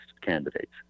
candidates